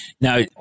now